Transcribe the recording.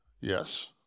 Yes